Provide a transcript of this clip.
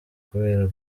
kubera